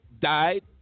died